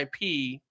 ip